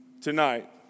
tonight